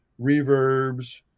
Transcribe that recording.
reverbs